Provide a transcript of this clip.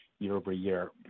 year-over-year